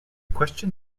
question